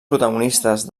protagonistes